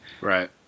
Right